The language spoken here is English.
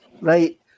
right